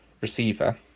receiver